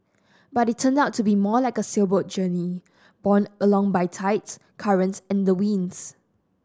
but it turned out to be more like a sailboat journey borne along by tides currents and the winds